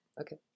Okay